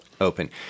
Open